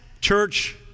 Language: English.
church